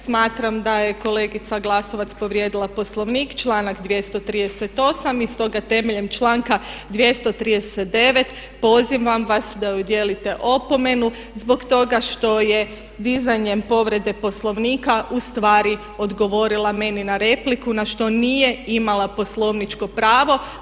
Smatram da je kolegica Glasovac povrijedila Poslovnik, članak 238. i stoga temeljem članka 239. pozivam vas da joj udijelite opomenu zbog toga što je dizanjem povrede Poslovnika u stvari odgovorila meni na repliku na što nije imala poslovničko pravo.